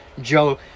Joe